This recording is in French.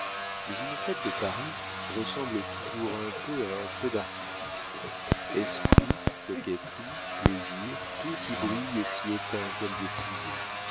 mais une fête de paris ressemble toujours un peu à un feu d'artifice esprit coquetterie plaisir tout y brille et s'y éteint comme des fusées